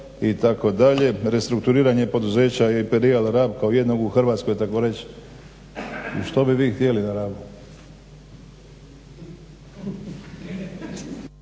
itd. restrukturiranje poduzeća i … kao jednog u Hrvatskoj tako reći. I što bi vi htjeli na Rabu?